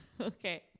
okay